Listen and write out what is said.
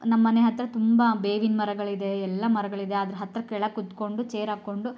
ನಮ್ಮನೆ ಹತ್ತಿರ ತುಂಬ ಬೇವಿನ ಮರಗಳಿದೆ ಎಲ್ಲ ಮರಗಳಿದೆ ಅದ್ರ ಹತ್ತಿರ ಕೆಳಗೆ ಕುತ್ಕೊಂಡು ಚೇರ್ ಹಾಕ್ಕೊಂಡು